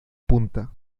punta